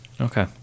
Okay